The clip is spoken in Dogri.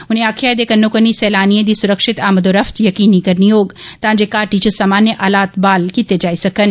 उनें आक्खेआ एदे कन्नोकन्नी सैलानी दी सुरक्षित आमदोरफत यकीनी करनी होग तां जे घाटी च सामान्य हालात बहाल कीते जाई सकन